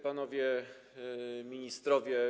Panowie Ministrowie!